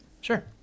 Sure